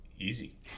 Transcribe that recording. easy